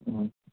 ꯎꯝ